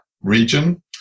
region